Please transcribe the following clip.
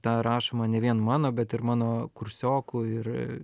ta rašoma ne vien mano bet ir mano kursiokų ir